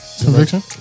Conviction